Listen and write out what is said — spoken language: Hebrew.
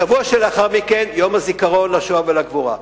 שבוע שלאחר מכן, יום הזיכרון לשואה ולגבורה.